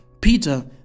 peter